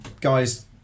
Guys